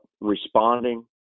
responding